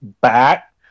back